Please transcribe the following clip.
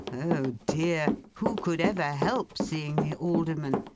oh dear! who could ever help seeing the alderman?